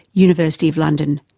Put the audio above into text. university of london,